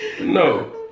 No